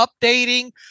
updating